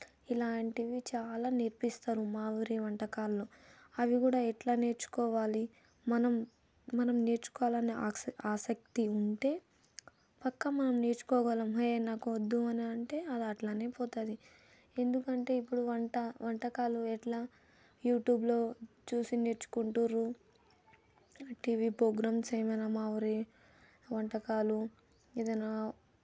ఇలాంటివి చాలా నేర్పిస్తారు మా ఊరి వంటకాల్లో అవి కూడా ఎట్లా నేర్చుకోవాలి మనం మనం నేర్చుకోవాలన్న ఆసక్తి ఆసక్తి ఉంటే పక్క మనం నేర్చుకోగలం హే నాకొద్దు అని అంటే అది అట్లానే పోతుంది ఎందుకంటే ఇప్పుడు వంట వంటకాలు ఎట్లా యూట్యూబ్లో చూసి నేర్చుకుంటుర్రు టీవీ ప్రోగ్రామ్స్ ఏమన్నా మావూరి వంటకాలు ఏదైనా